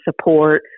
support